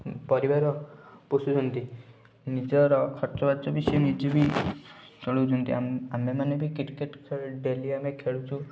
ପରିବାର ପୋଷୁଛନ୍ତି ନିଜର ଖର୍ଚ୍ଚ ବାର୍ଚ୍ଚ ବି ସେ ନିଜେ ବି ଚଳଉଛନ୍ତି ଆମେ ମାନେ ବି କ୍ରିକେଟ ଖେଳ ଡେଲି ଆମେ ଖେଳୁଛୁ